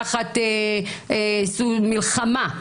תחת מלחמה.